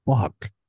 fuck